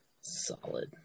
Solid